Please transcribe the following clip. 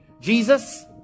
Jesus